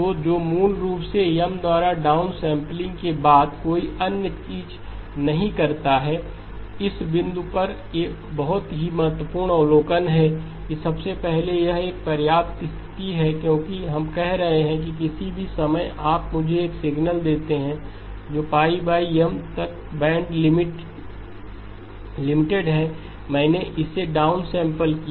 तो जो मूल रूप से M द्वारा डाउनसम्पलिंग के बाद कोई अन्य चीज नहीं करता है इस बिंदु पर एक बहुत ही महत्वपूर्ण अवलोकन यह है कि सबसे पहले यह एक पर्याप्त स्थिति है क्योंकि हम कह रहे हैं कि किसी भी समय आप मुझे एक सिग्नल देते हैं जो M तक बैंड लिमिटेड है मैंने इसे डाउनसेंपल किया